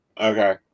Okay